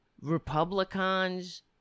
Republicans